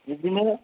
बिदिनो